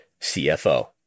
CFO